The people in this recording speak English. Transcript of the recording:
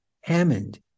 Hammond